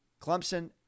Clemson